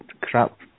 crap